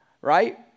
Right